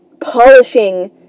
polishing